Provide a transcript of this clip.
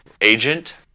agent